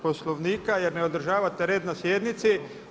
Poslovnika jer ne održavate red na sjednici.